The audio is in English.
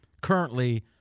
currently